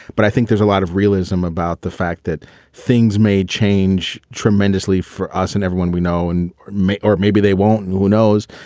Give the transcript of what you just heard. but i think there's a lot of realism about the fact that things may change tremendously for us and everyone we know and may or maybe they won't. who knows?